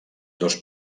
dos